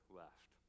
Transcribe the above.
left